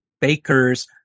Baker's